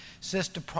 Sister